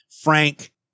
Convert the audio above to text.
Frank